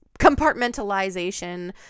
compartmentalization